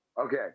okay